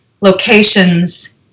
locations